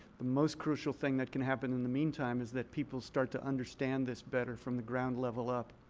the most crucial thing that can happen in the meantime is that people start to understand this better from the ground level up.